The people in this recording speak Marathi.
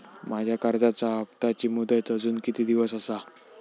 माझ्या कर्जाचा हप्ताची मुदत अजून किती दिवस असा?